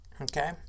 okay